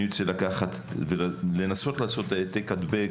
אני רוצה לקחת ולנסות לעשות העתק-הדבק